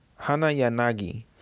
Hanayanagi